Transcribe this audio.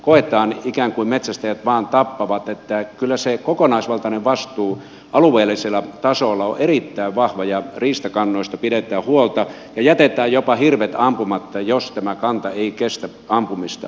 koetaan että ikään kuin metsästäjät vain tappavat mutta kyllä se kokonaisvaltainen vastuu alueellisella tasolla on erittäin vahva ja riistakannoista pidetään huolta ja jätetään jopa hirvet ampumatta jos tämä kanta ei kestä ampumista